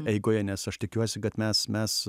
eigoje nes aš tikiuosi kad mes mes